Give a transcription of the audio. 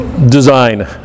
Design